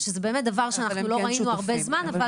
זה דבר שלא ראינו הרבה זמן.